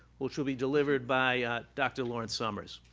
which will be delivered by dr. lawrence summers.